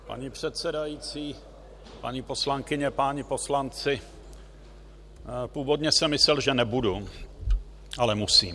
Paní předsedající, paní poslankyně, páni poslanci, původně jsem myslel, že nebudu, ale musím.